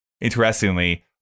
interestingly